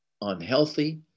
unhealthy